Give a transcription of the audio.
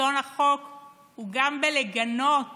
שלטון החוק הוא גם בלגנות